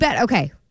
Okay